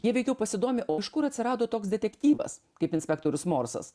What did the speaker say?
jie veikiau pasidomi o iš kur atsirado toks detektyvas kaip inspektorius morsas